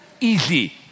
easy